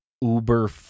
uber